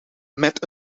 met